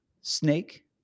snake